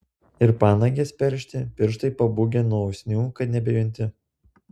ir panagės peršti pirštai pabūgę nuo usnių kad nebejunti